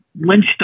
Lynch